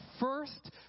first